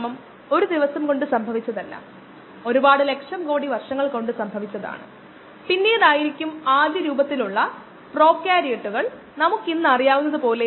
അതായത് ഉയർന്ന താപനിലയിൽ കോശങ്ങളുടെ സാന്ദ്രത കുറയുന്നതിന്റെ നിരക്ക് എപ്പോൾ വേണമെങ്കിലും കോശങ്ങളുടെ സാന്ദ്രതയ്ക്ക് ആനുപാതികമാണ്